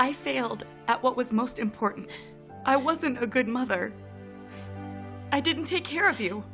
i failed at what was most important i wasn't a good mother i didn't take care of you